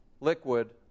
liquid